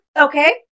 okay